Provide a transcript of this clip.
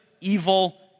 evil